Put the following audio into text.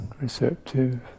receptive